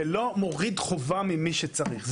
זה לא מוריד חובה ממי שצריך.